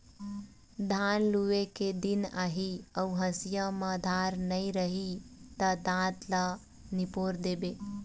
धान लूए के दिन आही अउ हँसिया म धार नइ रही त दाँत ल निपोर देबे